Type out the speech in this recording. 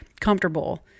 comfortable